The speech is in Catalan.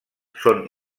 són